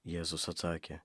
jėzus atsakė